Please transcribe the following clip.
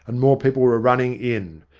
and more people were running in.